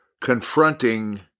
confronting